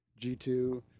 G2